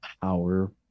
power